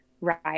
Right